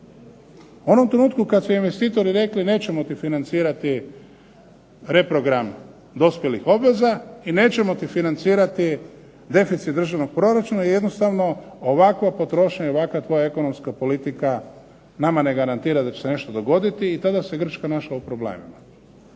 U onom trenutku kad su investitori rekli nećemo ti financirati reprogram dospjelih obveza i nećemo ti financirati deficit državnog proračuna jer jednostavno ovakva potrošnja i ovakva tvoja ekonomska politika nama ne garantira da će se nešto dogoditi i tada se Grčka našla u problemima.